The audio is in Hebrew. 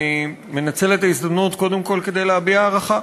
אני מנצל את ההזדמנות קודם כול כדי להביע הערכה.